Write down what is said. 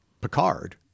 Picard